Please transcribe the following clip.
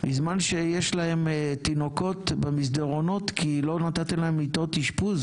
בזמן שיש להם תינוקות במסדרונות כי לא נתתם להם מיטות אשפוז